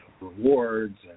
rewards